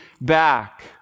back